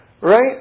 Right